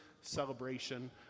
celebration